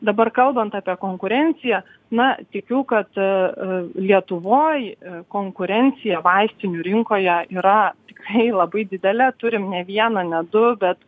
dabar kalbant apie konkurenciją na tikiu kad lietuvoj konkurencija vaistinių rinkoje yra tikrai labai didelė turim ne vieną ne du bet